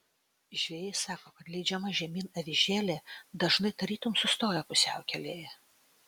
žvejai sako kad leidžiama žemyn avižėlė dažnai tarytum sustoja pusiaukelėje